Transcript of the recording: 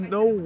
no